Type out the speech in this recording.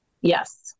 Yes